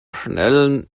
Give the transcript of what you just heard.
schnellen